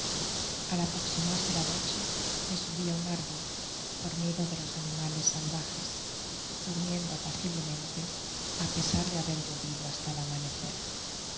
al aproximarse la noche me subi á un árbol por miedo de los animales salvajes durmiendo apaciblemente á pesar de haber llovido hasta el amanecer